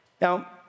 Now